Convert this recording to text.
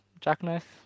jackknife